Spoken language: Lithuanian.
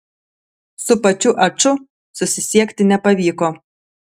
su pačiu aču susisiekti nepavyko